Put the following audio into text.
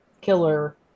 killer